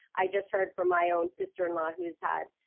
i just heard from my own sister-in-law who's had?